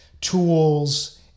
tools